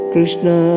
Krishna